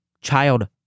Child